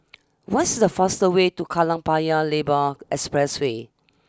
what's the fastest way to Kallang Paya Lebar Expressway